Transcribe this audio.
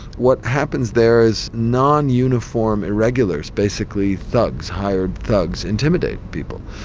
what happens there is non-uniform irregulars, basically thugs, hired thugs intimidate people.